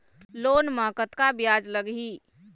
Loan म कतका ब्याज लगही?